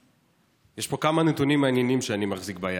יש פה כמה נתונים מעניינים שאני מחזיק ביד,